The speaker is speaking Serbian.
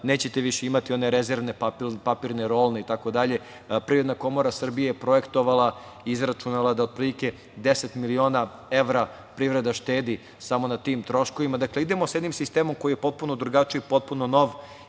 Nećete imati one rezervne papirne rolne i tako dalje. Privreda komora Srbije projektovala je i izračunala da otprilike deset miliona evra privreda štedi samo na tim troškovima. Idemo sa jednim sistemom koji je potpuno drugačiji, potpuno nov